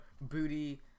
booty